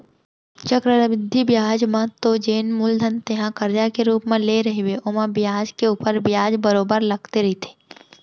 चक्रबृद्धि बियाज म तो जेन मूलधन तेंहा करजा के रुप म लेय रहिबे ओमा बियाज के ऊपर बियाज बरोबर लगते रहिथे